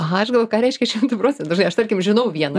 aha aš galv ką reiškia šimtu procentų žinai aš tarkim žinau vieną